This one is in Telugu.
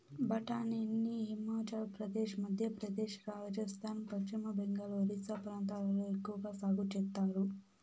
బఠానీని హిమాచల్ ప్రదేశ్, మధ్యప్రదేశ్, రాజస్థాన్, పశ్చిమ బెంగాల్, ఒరిస్సా ప్రాంతాలలో ఎక్కవగా సాగు చేత్తారు